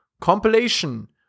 compilation